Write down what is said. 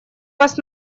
вас